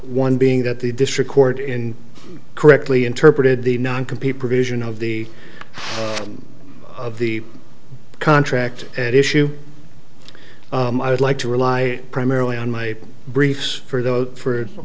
one being that the district court in correctly interpreted the non compete provision of the of the contract at issue i would like to rely primarily on my briefs for those for